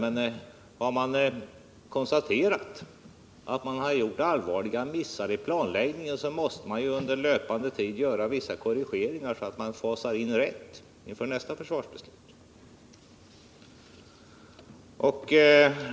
Men har man konstaterat att allvarliga missar gjorts vid planläggningen, måste ju under löpande period vissa korrigeringar i beslutet göras, med riktiga infasningar inför nästa försvarsbeslut.